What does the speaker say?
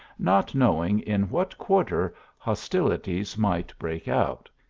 not knowing in what quarter hostilities might break out.